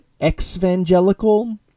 exvangelical